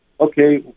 okay